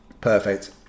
Perfect